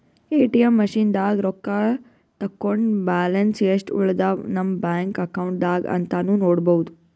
ATM ಮಷಿನ್ದಾಗ್ ರೊಕ್ಕ ತಕ್ಕೊಂಡ್ ಬ್ಯಾಲೆನ್ಸ್ ಯೆಸ್ಟ್ ಉಳದವ್ ನಮ್ ಬ್ಯಾಂಕ್ ಅಕೌಂಟ್ದಾಗ್ ಅಂತಾನೂ ನೋಡ್ಬಹುದ್